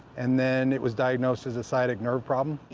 and then it was diagnosed as a sciatic nerve problem. you